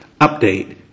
Update